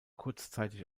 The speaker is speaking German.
kurzzeitig